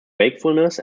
wakefulness